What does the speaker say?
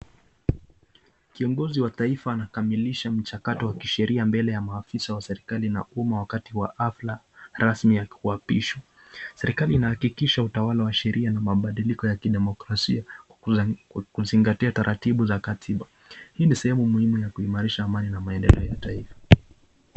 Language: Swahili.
Kiongozi wa taifa anakamilisha mchakato wa kisheria mbele ya maafisa wa askari na umma wakati wa hafla rasmi ya kuapishwa, serikali inahakikisha utawala wa sheria na mabadilisho ya kidemokrasia kuzingatia taratibu za katiba hii ni sehemu muhimu ya kudumisha amani na maendeleo ya taifa.